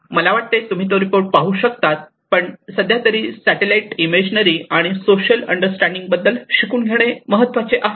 मला वाटते तुम्ही तो रिपोर्ट पाहू शकतात पण सध्या तरी सॅटॅलाइट इमेजरी आणि सोशल अंडरस्टॅंडिंग बद्दल शिकून घेणे महत्त्वाचे आहे